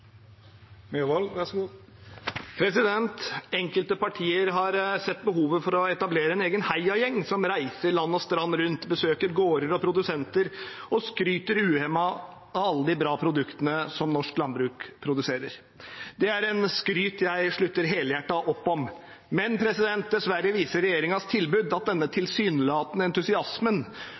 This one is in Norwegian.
Enkelte partier har sett behovet for å etablere en egen heiagjeng som reiser land og strand rundt, besøker gårder og produsenter og skryter uhemmet av alle de bra produktene som norsk landbruk produserer. Det er et skryt jeg slutter helhjertet opp om. Men dessverre viser regjeringens tilbud at denne tilsynelatende entusiasmen